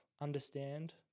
understand